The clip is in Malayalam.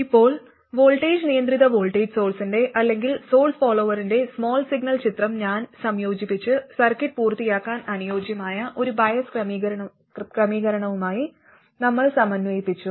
ഇപ്പോൾ വോൾട്ടേജ് നിയന്ത്രിത വോൾട്ടേജ് സോഴ്സിന്റെ അല്ലെങ്കിൽ സോഴ്സ് ഫോളോവറിന്റെ സ്മാൾ സിഗ്നൽ ചിത്രം ഞാൻ സംയോജിപ്പിച്ച് സർക്യൂട്ട് പൂർത്തിയാക്കാൻ അനുയോജ്യമായ ഒരു ബയസ് ക്രമീകരണവുമായി നമ്മൾ സമന്വയിപ്പിച്ചു